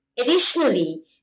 Additionally